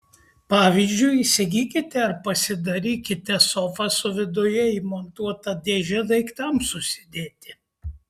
pavyzdžiui įsigykite ar pasidarykite sofą su viduje įmontuota dėže daiktams susidėti